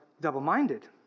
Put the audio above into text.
double-minded